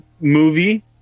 movie